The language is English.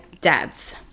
deaths